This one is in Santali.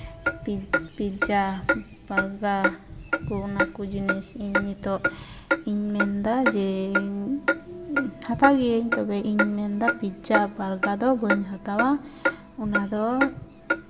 ᱯᱤᱡᱡᱟ ᱵᱟᱨᱜᱟᱨ ᱠᱚ ᱚᱱᱟ ᱠᱚ ᱡᱤᱱᱤᱥ ᱤᱧ ᱱᱤᱛᱚᱜ ᱤᱧ ᱢᱮᱱᱫᱟ ᱡᱮ ᱦᱟᱛᱟᱣ ᱜᱤᱭᱟᱹᱧ ᱛᱚᱵᱮ ᱤᱧ ᱢᱮᱱᱫᱟ ᱯᱤᱡᱡᱟ ᱵᱟᱨᱜᱟᱨ ᱫᱚ ᱵᱟᱹᱧ ᱦᱟᱛᱟᱣᱟ ᱚᱱᱟᱫᱚ